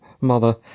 mother